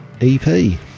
EP